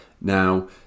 Now